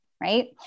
right